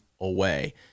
away